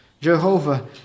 Jehovah